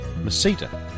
masita